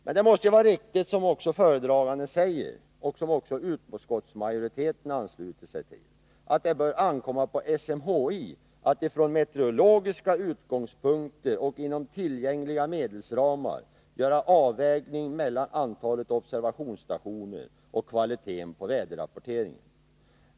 Men det måste ju vara riktigt som föredra ganden säger, vilket också utskottsmajoriteten ansluter sig till, att det bör ankomma på SMHI att från meteorologiska utgångspunkter och inom tillgängliga medelsramar göra avvägningen mellan antalet observationsstationer och kvaliteten på väderrapporteringen.